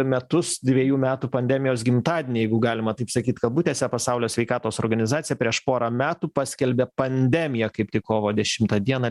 metus dviejų metų pandemijos gimtadienį jeigu galima taip sakyt kabutėse pasaulio sveikatos organizacija prieš porą metų paskelbė pandemiją kaip tik kovo dešimtą dieną